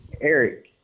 Eric